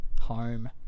home